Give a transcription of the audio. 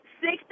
six